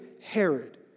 Herod